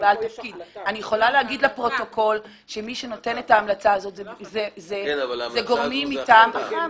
מי שנותן את ההמלצה הזאת זה גורמים אח"מים.